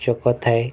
ଚକ ଥାଏ